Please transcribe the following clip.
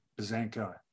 Bazanko